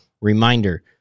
Reminder